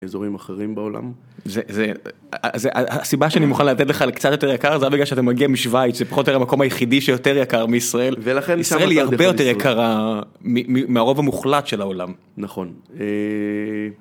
אזורים אחרים בעולם. זה, זה, הסיבה שאני מוכן לתת לך על קצת יותר יקר זה בגלל שאתה מגיע משוויץ, זה פחות או יותר המקום היחידי שיותר יקר מישראל. ולכן ישראל היא הרבה יותר יקרה מהרוב המוחלט של העולם. נכון.